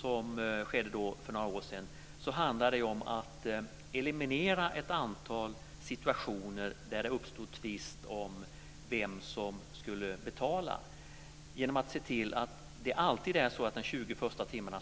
för några år sedan handlade det om att eliminera ett antal situationer där det uppstod tvist om vem som skulle betala. Det gjorde vi genom att se till att det alltid är kommunen som står för de 20 första timmarna.